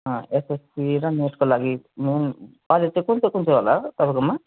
SSC र नेटको लागि मेन अहिले चाहिँ कुन चाहिँ होला तपाईँकोमा